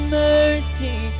mercy